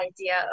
idea